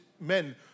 men